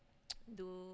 do